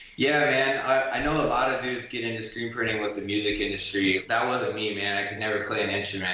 yeah, man, i know a lot of dudes get into screen printing with the music industry, that wasn't me, man. i could never play an instrument.